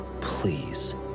Please